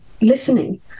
listening